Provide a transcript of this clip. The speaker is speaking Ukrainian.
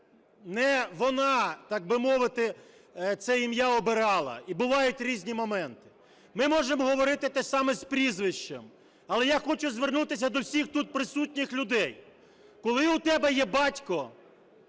не вона, так би мовити, це ім'я обирала, і бувають різні моменти. Ми можемо говорити те ж саме з прізвищем. Але я хочу звернутися до всіх тут присутніх людей. Коли у тебе є батько,